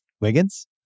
Wiggins